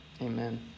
amen